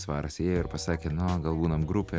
svaras įėjo ir pasakė nu gal būnam grupė